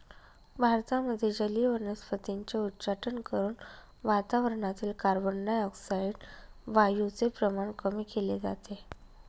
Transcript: भारतामध्ये जलीय वनस्पतींचे उच्चाटन करून वातावरणातील कार्बनडाय ऑक्साईड वायूचे प्रमाण कमी केले जाते